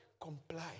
comply